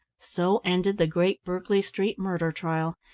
so ended the great berkeley street murder trial,